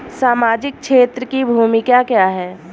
सामाजिक क्षेत्र की भूमिका क्या है?